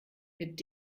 mit